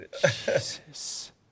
Jesus